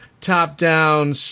top-down